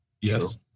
Yes